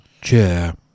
chair